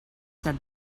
said